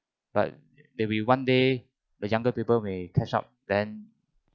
but maybe one day the younger people may catch up then